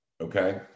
okay